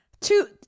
Two